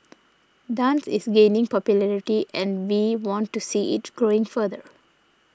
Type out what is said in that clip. dance is gaining popularity and we want to see it growing further